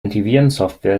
antivirensoftware